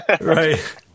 Right